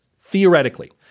Theoretically